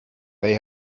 they